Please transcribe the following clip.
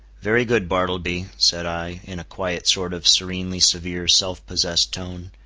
very good, bartleby, said i, in a quiet sort of serenely severe self-possessed tone,